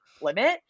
limit